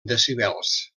decibels